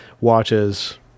watches